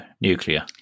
nuclear